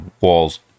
walls